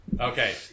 Okay